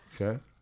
okay